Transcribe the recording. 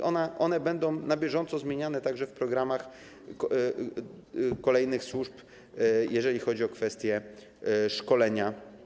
To będzie na bieżąco zmieniane także w programach kolejnych służb, jeżeli chodzi o kwestie szkolenia.